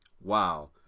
wow